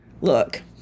Look